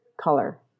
color